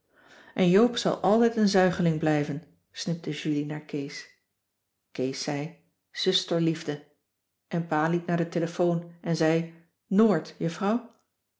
en joop zal altijd een zuigeling blijven snibde julie naar kees kees zei zusterliefde en pa liep naar de telefoon en zei noord juffrouw